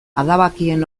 adabakien